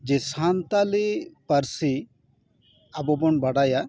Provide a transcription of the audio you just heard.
ᱡᱮ ᱥᱟᱱᱛᱟᱲᱤ ᱯᱟᱹᱨᱥᱤ ᱟᱵᱚ ᱵᱚᱱ ᱵᱟᱰᱟᱭᱟ